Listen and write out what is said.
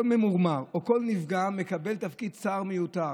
כל ממורמר או כל נפגע מקבל תפקיד שר מיותר.